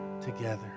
together